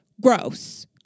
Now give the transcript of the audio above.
Gross